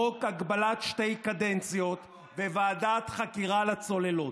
חוק הגבלת שתי קדנציות וועדת חקירה לצוללות.